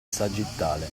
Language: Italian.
sagittale